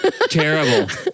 terrible